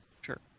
sure